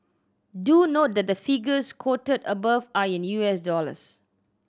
do note that the figures quoted above are in U S dollars